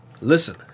Listen